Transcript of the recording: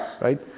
Right